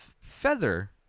feather